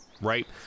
right